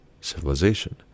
civilization